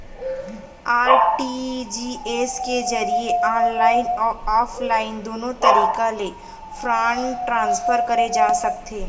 RTGS के जरिए online अउ ऑफलाइन दुनो तरीका ले फंड ट्रांसफर करे जा सकथे